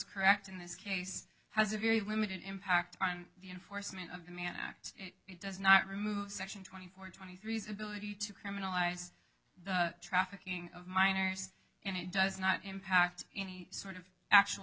correct in this case has a very limited impact on the enforcement of the mann act it does not remove section twenty four twenty three is ability to criminalize the trafficking of minors and it does not impact any sort of actual